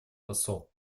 посол